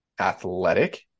Athletic